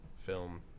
film